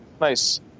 Nice